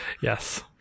Yes